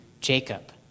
Jacob